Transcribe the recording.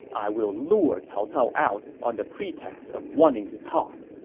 i will lure cao cao out on the pretext of wanting to talk,